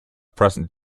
present